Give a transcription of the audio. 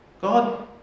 God